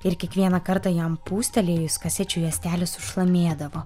ir kiekvieną kartą jam pūstelėjus kasečių juostelės sušlamėdavo